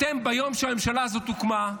ביום שהממשלה הזאת הוקמה,